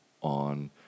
on